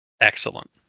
Excellent